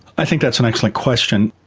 i think that's an excellent question.